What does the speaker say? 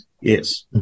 Yes